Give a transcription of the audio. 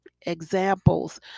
examples